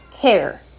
care